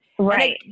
Right